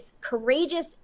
courageous